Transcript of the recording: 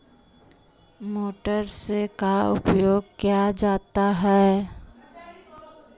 Motor से का उपयोग क्या जाता है?